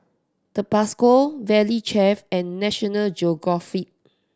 Tabasco Valley Chef and National Geographic